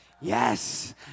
Yes